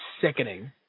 sickening